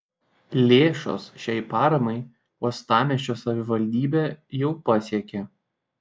lėšos šiai paramai uostamiesčio savivaldybę jau pasiekė